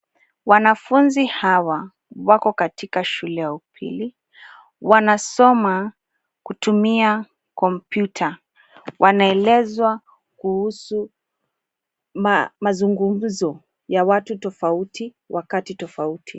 Wanafunzi hawa wako katika shule ya upili. Wanasoma kutumia kompyuta. Wanaelezwa kuhusu mazungumzo ya watu tofauti, wakati tofauti.